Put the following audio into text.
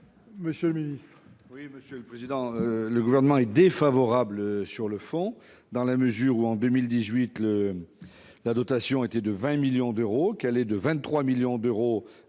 Monsieur le ministre,